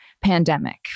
pandemic